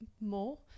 more